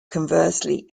conversely